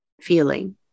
feeling